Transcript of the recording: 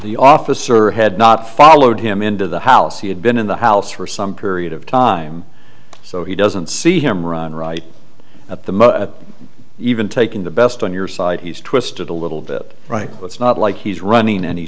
the officer had not followed him into the house he had been in the house for some period of time so he doesn't see him run right at the mo at even taking the best on your side he's twisted a little bit right it's not like he's running an